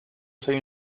soy